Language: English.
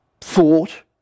thought